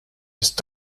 ist